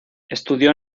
estudió